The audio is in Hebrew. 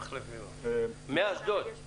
מאשדוד?